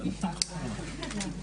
הישיבה ננעלה בשעה